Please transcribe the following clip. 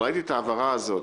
אבל ראיתי את ההעברה הזאת,